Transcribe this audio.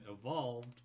evolved